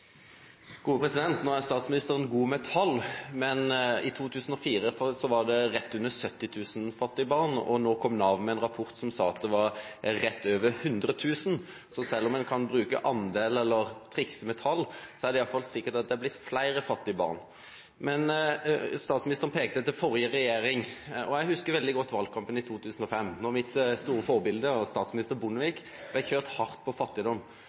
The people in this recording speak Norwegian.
god med tall, men i 2004 var det rett under 70 000 fattige barn, og nå kom Nav med en rapport som sa at det var rett over 100 000, så selv om en kan bruke andel, eller trikse med tall, er det i alle fall sikkert at det har blitt flere fattige barn. Statsministeren pekte på forrige regjering. Jeg husker veldig godt valgkampen i 2005, da mitt store forbilde, statsminister Bondevik, ble kjørt hardt på fattigdom.